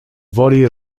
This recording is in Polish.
woli